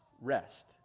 rest